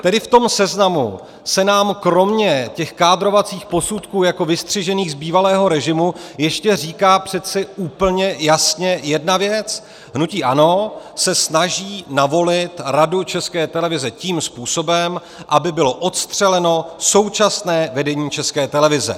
Tedy v tom seznamu se nám kromě těch kádrovacích posudků jako vystřižených z bývalého režimu ještě říká přece úplně jasně jedna věc: hnutí ANO se snaží navolit Radu České televize tím způsobem, aby bylo odstřeleno současné vedení České televize.